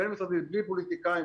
בלי פוליטיקאים,